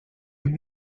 will